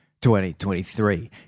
2023